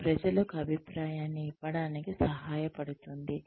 ఇది ప్రజలకు అభిప్రాయాన్ని ఇవ్వడానికి సహాయపడుతుంది